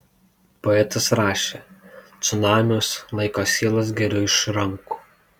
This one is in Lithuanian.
poetas rašė cunamiuos laiko sielas geriu iš rankų